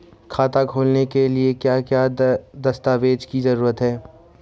खाता खोलने के लिए क्या क्या दस्तावेज़ की जरूरत है?